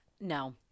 No